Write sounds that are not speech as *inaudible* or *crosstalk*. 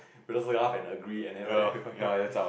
we just laugh and agree and then we will *laughs*